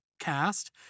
cast